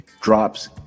drops